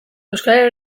euskara